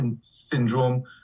syndrome